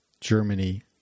Germany